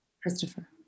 Christopher